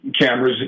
cameras